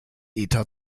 ether